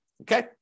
okay